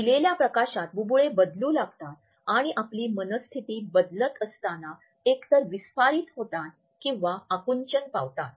दिलेल्या प्रकाशात बुबुळे बदलू लागतात आणि आपली मनःस्थिती बदलत असताना एकतर विस्फारित होतात किंवा आकुंचन पावतात